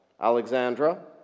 Alexandra